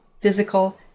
physical